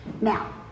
Now